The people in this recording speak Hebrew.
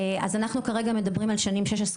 אז אנחנו כרגע מדברים על שנים 2016,